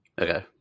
Okay